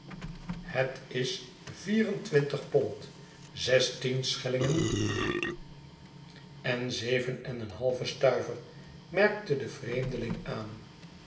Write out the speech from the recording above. het is vier en twintig pond zestien schellingen en zeven en coavinses een halve stuiver merkte de vreemdeling aan